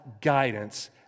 guidance